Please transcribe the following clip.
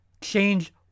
Change